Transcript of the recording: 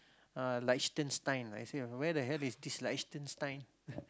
uh Liechtenstein I still remember where the hell is this Liechtenstein